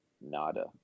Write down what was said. Nada